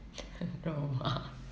肉麻